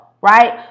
Right